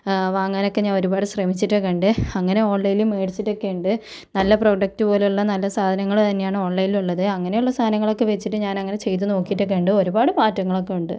വാങ്ങാനൊക്കെ ഞാൻ ഒരുപാട് ശ്രമിച്ചിട്ടൊക്കെ ഉണ്ട് അങ്ങനെ ഓൺലൈനില് മേടിച്ചിട്ടൊക്കെ ഉണ്ട് നല്ല പ്രോഡക്ട് പോലുള്ള നല്ല സാധനങ്ങള് തന്നെയാണ് ഓൺലൈനിലുള്ളത് അങ്ങനെയുള്ള സാധനങ്ങളൊക്കെ വച്ചിട്ട് ഞാനങ്ങനെ ചെയ്ത് നോക്കീട്ടൊക്കെയുണ്ട് ഒരുപാട് മാറ്റങ്ങളൊക്കെ ഉണ്ട്